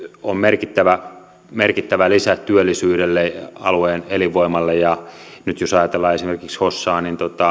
on merkittävä merkittävä lisä työllisyydelle ja alueen elinvoimalle ja nyt jos ajatellaan esimerkiksi hossaa